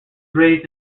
raised